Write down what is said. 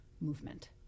movement